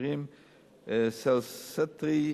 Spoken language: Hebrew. והתכשירים Celsentri,